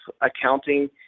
accounting